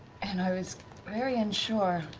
and i was very unsure